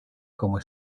como